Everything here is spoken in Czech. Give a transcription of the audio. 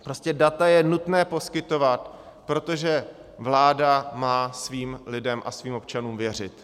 Prostě data je nutné poskytovat, protože vláda má svým lidem a svým občanům věřit.